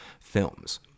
films